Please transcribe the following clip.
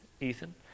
Ethan